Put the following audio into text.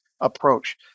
approach